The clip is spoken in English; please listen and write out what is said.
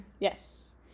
yes